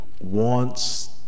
wants